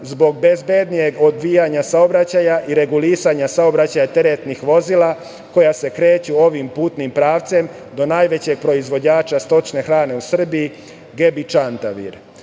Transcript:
zbog bezbednije odvijanja saobraćaja i regulisanja saobraćaja teretnih vozila koja se kreću ovim putnim pravce do najvećeg proizvođača stočne hrane u Srbiji, „ Gebi Čantavir“.Dalje,